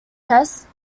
tests